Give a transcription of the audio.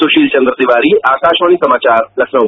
सुषील चन्द्र तिवारी आकाषवाणी समाचार लखनऊ